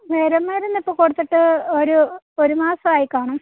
വിരമരുന്ന് ഇപ്പോൾ കൊടുത്തിട്ട് ഒരു ഒരു മാസം ആയിക്കാണും